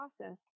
process